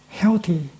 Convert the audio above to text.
healthy